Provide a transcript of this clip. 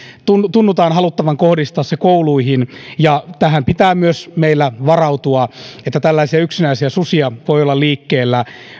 tunnutaan haluttavan kohdistaa se kouluihin tähän pitää myös meillä varautua että tällaisia yksinäisiä susia voi olla liikkeellä